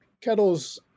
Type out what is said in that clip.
Kettle's